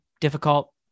difficult